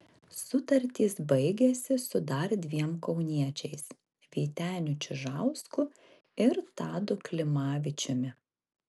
sutartys baigiasi su dar dviem kauniečiais vyteniu čižausku ir tadu klimavičiumi